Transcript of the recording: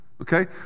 Okay